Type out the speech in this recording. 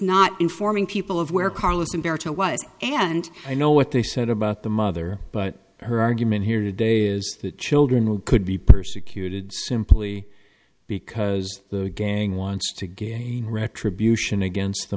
not informing people of where carlos umberto was and i know what they said about the mother but her argument here today is that children could be persecuted simply because the gang wants to gain retribution against the